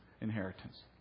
inheritance